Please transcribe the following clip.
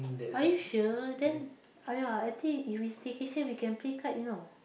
are you sure then ah ya I think if it's staycation we can play kite you know